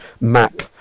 map